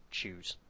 choose